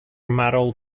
metal